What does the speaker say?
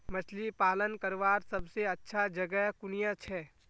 मछली पालन करवार सबसे अच्छा जगह कुनियाँ छे?